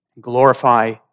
Glorify